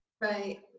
Right